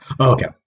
Okay